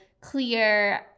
clear